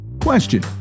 question